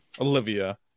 Olivia